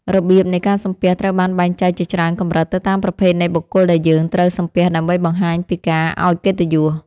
របៀបនៃការសំពះត្រូវបានបែងចែកជាច្រើនកម្រិតទៅតាមប្រភេទនៃបុគ្គលដែលយើងត្រូវសំពះដើម្បីបង្ហាញពីការឱ្យកិត្តិយស។